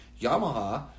Yamaha